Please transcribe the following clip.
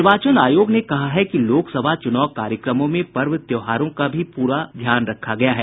निर्वाचन आयोग ने कहा है कि लोकसभा चुनाव कार्यक्रमों में पर्व त्योहारों का भी ध्यान रखा गया है